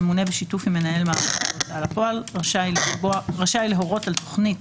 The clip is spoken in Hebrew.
הממונה בשיתוף עם מנהל מערכת ההוצאה לפועל רשאי להורות על תכנית